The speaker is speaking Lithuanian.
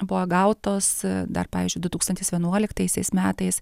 buvo gautos dar pavyzdžiui du tūkstantis vienuoliktaisiais metais